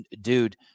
dude